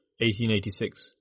1886